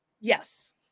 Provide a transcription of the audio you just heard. Yes